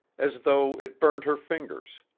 as though it burned her fingers.